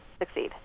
succeed